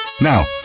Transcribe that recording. now